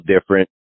different